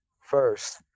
first